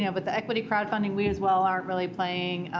yeah but the equity crowdfunding, we as well aren't really playing.